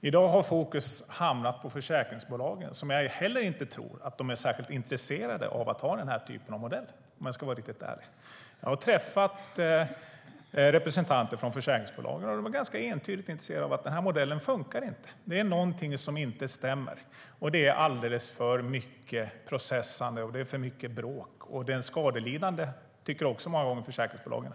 I dag har fokus hamnat på försäkringsbolagen, som jag inte heller tror är särskilt intresserade av att ha den här typen av modell, om jag ska vara riktigt ärlig. Jag har träffat representanter för försäkringsbolagen, och de har ganska entydigt sagt att modellen inte funkar. Det är någonting som inte stämmer, och det är alldeles för mycket processande och för mycket bråk. Den skadelidande hamnar i kläm, och det tycker många gånger även försäkringsbolagen.